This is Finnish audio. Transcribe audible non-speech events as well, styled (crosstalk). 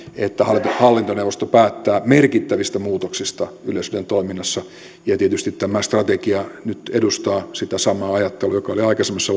että hallintoneuvosto päättää merkittävistä muutoksista yleisradion toiminnassa ja tietysti tämä strategia nyt edustaa sitä samaa ajattelua joka oli aikaisemmassa (unintelligible)